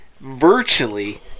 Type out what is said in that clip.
virtually